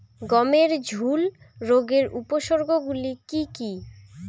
গমের ঝুল রোগের উপসর্গগুলি কী কী?